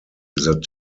that